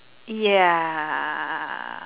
ya